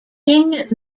king